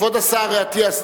כבוד השר אטיאס,